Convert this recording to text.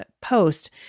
post